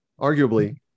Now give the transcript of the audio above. arguably